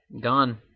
Gone